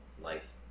life